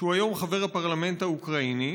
שהוא היום חבר הפרלמנט האוקראיני,